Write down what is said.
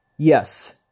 Yes